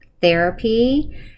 therapy